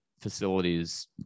facilities